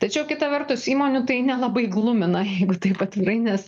tačiau kita vertus įmonių tai nelabai glumina jeigu taip atvirai nes